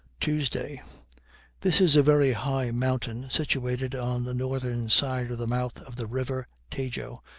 tuesday this is a very high mountain, situated on the northern side of the mouth of the river tajo,